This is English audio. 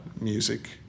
music